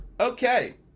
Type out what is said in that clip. Okay